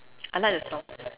I like the songs